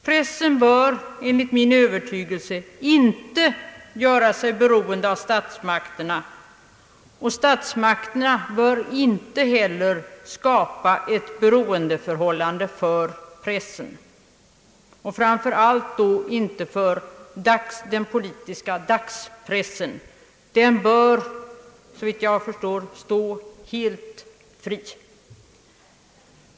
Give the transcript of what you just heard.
Pressen bör enligt min övertygelse inte göra sig beroende av statsmakterna, och statsmakterna bör inte heller skapa ett beroendeförhållande för pressen, framför allt inte för den politiska dagspressen. Den bör stå helt fri.